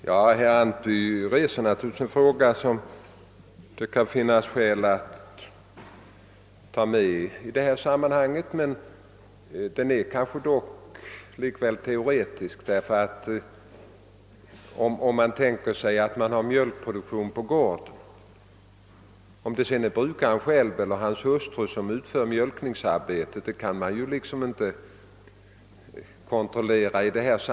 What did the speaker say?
Herr talman! Herr Antby tar upp en fråga som det naturligtvis kan finnas skäl att behandla i detta sammanhang, men den är dock teoretisk. Om man tänker sig en gård med mjölkproduktion kan man inte kontrollera om det är brukaren eller hans hustru som utför mjölknings arbetet.